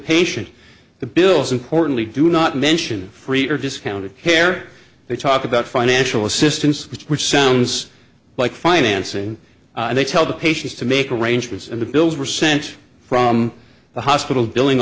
patient the bills importantly do not mention free or discounted care they talk about financial assistance which which sounds like financing and they tell the patients to make arrangements and the bills were sent from the hospital billing